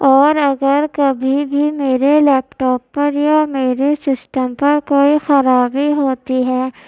اور اگر کبھی بھی میرے لیپ ٹاپ پر یا میرے سسٹم پر کوئی خرابی ہوتی ہے